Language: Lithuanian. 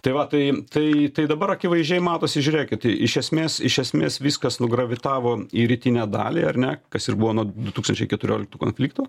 tai va tai tai tai dabar akivaizdžiai matosi žiūrėkit i iš esmės iš esmės viskas nugravitavo į rytinę dalį ar ne kas ir buvo nuo du tūkstančiai keturioliktų konflikto